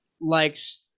likes